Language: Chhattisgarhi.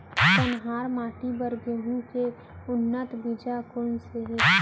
कन्हार माटी बर गेहूँ के उन्नत बीजा कोन से हे?